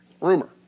Rumor